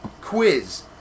quiz